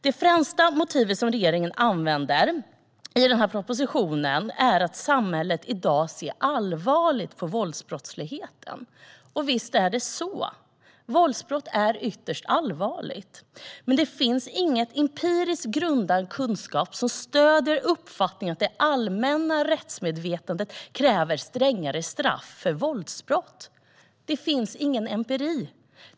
Det främsta motivet som regeringen använder i propositionen är att samhället i dag ser allvarligt på våldsbrottsligheten. Visst är det så. Våldsbrott är ytterst allvarligt. Men det finns ingen empiriskt grundad kunskap som stöder uppfattningen att det allmänna rättsmedvetandet kräver strängare straff för våldsbrott. Det finns ingen empiri.